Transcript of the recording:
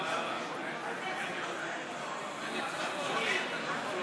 דחיית התחילה של מימון תקני מתנדבים),